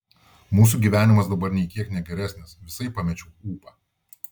mūsų gyvenimas dabar nei kiek ne geresnis visai pamečiau ūpą